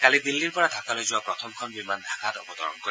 কালি দিল্লীৰ পৰা ঢাকালৈ যোৱা প্ৰথমখন বিমান ঢাকাত অৱতৰণ কৰে